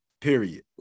Period